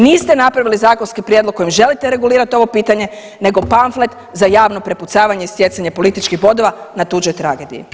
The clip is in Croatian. Niste napravili zakonski prijedlog kojim želite regulirati ovo pitanje, nego pamflet za javno prepucavanje i stjecanje političkih bodova na tuđoj tragediji.